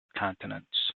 continents